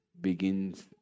begins